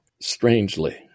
strangely